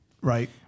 right